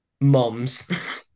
moms